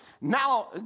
Now